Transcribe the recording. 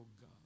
God